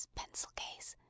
pencil-case